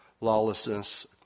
lawlessness